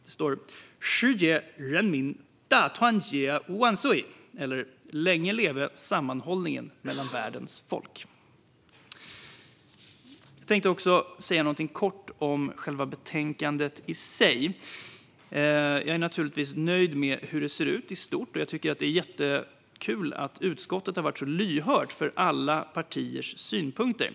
Där står det: "Shijie renmin da tuanjie wansui." Eller: Länge leve sammanhållningen mellan världens folk. Jag vill även säga något kort om själva betänkandet i sig. Jag är naturligtvis nöjd med hur det i stort ser ut. Det är jättekul att utskottet har varit så lyhört för alla partiers synpunkter.